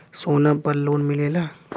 सोना पर लोन मिलेला?